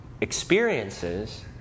experiences